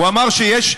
הוא אמר שיש,